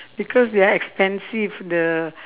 because they're expensive the